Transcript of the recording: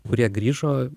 kurie grįžo